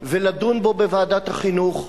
לסדר-היום ולדון בו בוועדת החינוך.